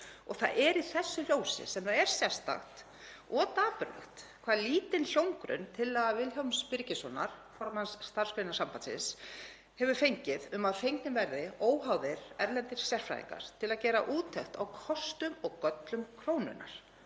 Það er í þessu ljósi sérstakt og dapurlegt hve lítinn hljómgrunn tillaga Vilhjálms Birgissonar, formanns Starfsgreinasambandsins, hefur fengið um að fengnir verði óháðir erlendir sérfræðingar til að gera úttekt á kostum og göllum krónunnar